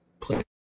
play